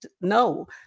no